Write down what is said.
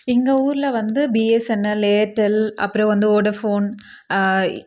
எங்கள் ஊரில் வந்து பிஎஸ்என்எல் ஏர்டெல் அப்புறம் வந்து வோடஃபோன்